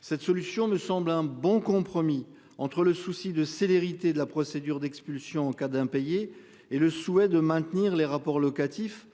Cette solution ne semble un bon compromis entre le souci de célérité de la procédure d'expulsion en cas d'impayés et le souhait de maintenir les rapports locatifs